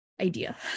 idea